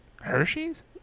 Hershey's